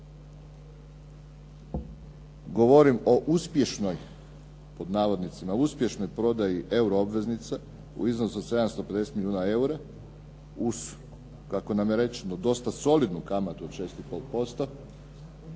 govorim o uspješnoj, pod navodnicima "uspješnoj" prodaji euro obveznica u iznosu od 750 milijuna eura uz kako nam je rečeno dosta solidnu kamatu od 6,5%,